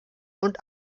und